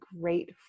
great